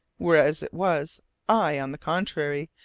whereas it was i, on the contrary,